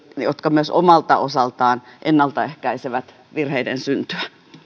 jotka omalta osaltaan myös ennaltaehkäisevät virheiden syntyä